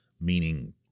meaning